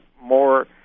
more